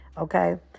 Okay